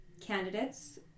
candidates